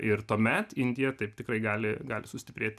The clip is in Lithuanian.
ir tuomet indija taip tikrai gali gali sustiprėt